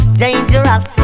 dangerous